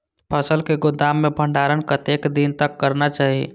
फसल के गोदाम में भंडारण कतेक दिन तक करना चाही?